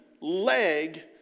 leg